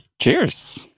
Cheers